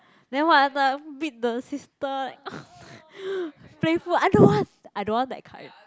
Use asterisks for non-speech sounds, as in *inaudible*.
then what beat the sister *breath* playful I don't want I don't want that kind